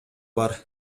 бар